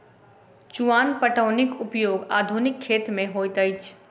चुआन पटौनीक उपयोग आधुनिक खेत मे होइत अछि